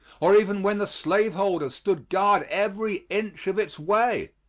or even when the slaveholder stood guard every inch of its way?